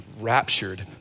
raptured